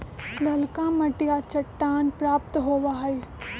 ललका मटिया चट्टान प्राप्त होबा हई